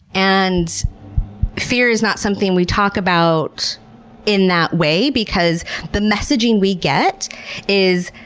and fear is not something we talk about in that way because the messaging we get is,